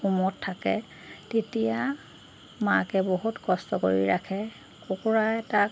উমত থাকে তেতিয়া মাকে বহুত কষ্ট কৰি ৰাখে কুকুৰাই তাক